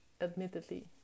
admittedly